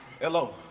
Hello